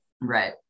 right